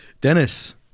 Dennis